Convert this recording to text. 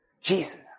Jesus